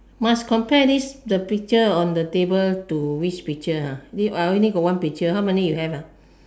must compare this the picture on the table to which picture ah this I only got one picture how many you have ah